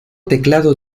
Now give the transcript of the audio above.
teclado